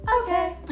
Okay